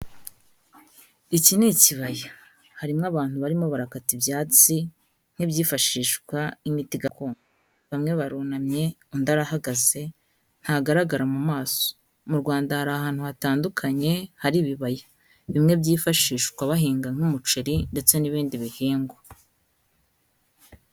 Iki ni ikibaya harimo abantu barimo barakata ibyatsi nk'ibyifashishwa nk'imiti gakondo. Bamwe barunamye undi arahagaze, ntagaragara mu maso. Mu Rwanda hari ahantu hatandukanye hari ibibaya bimwe byifashishwa bahinga nk'umuceri ndetse n'ibindi bihingwa.